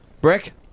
Brick